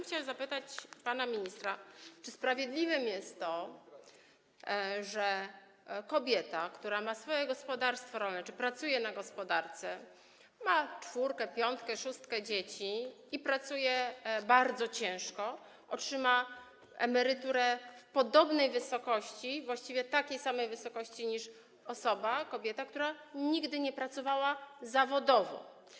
Chciałabym zapytać pana ministra: Czy sprawiedliwe jest to, że kobieta, która ma swoje gospodarstwo rolne czy pracuje na gospodarce, ma czwórkę, piątkę, szóstkę dzieci i pracuje bardzo ciężko, otrzyma emeryturę w podobnej wysokości, właściwie w takiej samej wysokości jak osoba, kobieta, która nigdy nie pracowała zawodowo?